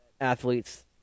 athletes